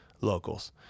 locals